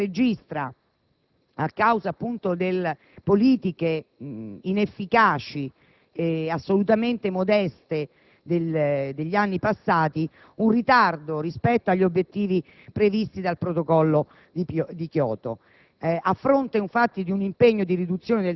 Ilnostro Paese purtroppo registra, a causa delle politiche inefficaci ed assolutamente modeste degli anni passati, un ritardo rispetto agli obiettivi previsti dal Protocollo di Kyoto: